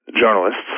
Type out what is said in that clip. journalists